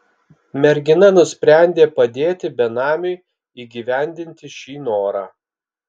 mergina nusprendė padėti benamiui įgyvendinti šį norą